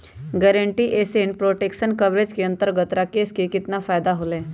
Guaranteed asset protection coverage के अंतर्गत राकेश के कितना फायदा होलय?